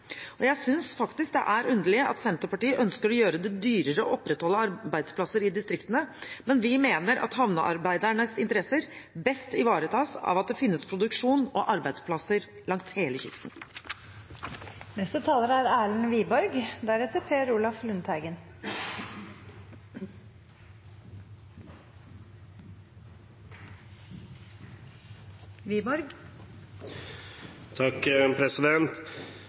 Og jeg synes faktisk det er underlig at Senterpartiet ønsker å gjøre det dyrere å opprettholde arbeidsplasser i distriktene. Vi mener at havnearbeidernes interesser best ivaretas av at det finnes produksjon og arbeidsplasser langs hele